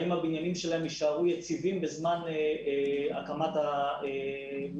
האם הבניינים שלהם יישארו יציבים בזמן הקמת המטרו,